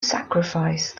sacrifice